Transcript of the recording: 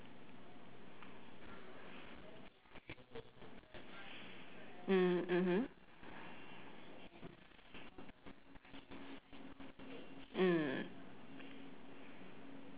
mm mmhmm mm